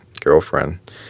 girlfriend